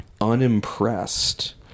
unimpressed